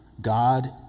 God